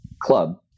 club